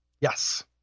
Yes